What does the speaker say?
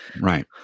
right